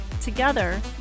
Together